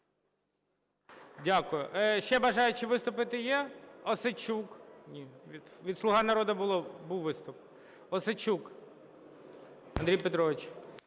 Дякую. Ще бажаючі виступити є? Осадчук. Ні, від "Слуга народу" був виступ. Осадчук Андрій Петрович.